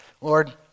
Lord